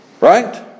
Right